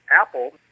Apple